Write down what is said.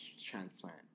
transplant